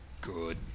good